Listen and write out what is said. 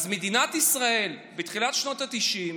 אז מדינת ישראל בתחילת שנות התשעים